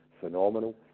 phenomenal